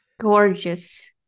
Gorgeous